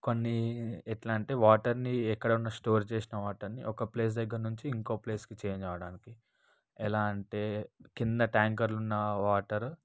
కొన్ని ఎట్లా అంటే వాటర్ని ఎక్కడన్నా స్టోర్ చేసిన వాటర్ని ప్లేస్ దగ్గర నుంచి ఇంకో ప్లేస్కి చేంజ్ అవ్వడాన్ని ఎలా అంటే కింద ట్యాంకర్లో ఉన్న వాటర్